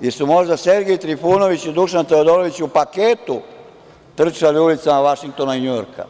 ili su možda Sergej Trifunović i Dušan Teodorović u paketu trčali ulicama Vašingtona i Njujorka?